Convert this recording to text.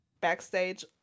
backstage